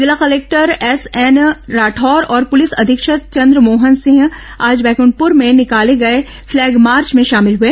जिला collector S N Rathore और पुलिस अधीक्षक चंद्रमोहन सिंह आज बैक ठपुर में निकाले गए फ्लैग मार्च में शामिल हुए